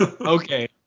Okay